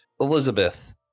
Elizabeth